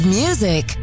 music